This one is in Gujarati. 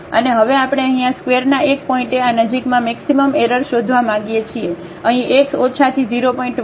અને હવે આપણે અહીં આ સ્ક્વેર ના એક પોઇન્ટએ આ નજીકમાં મેક્સિમમ એરર શોધવા માંગીએ છીએ અહીં x ઓછાથી 0